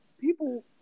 people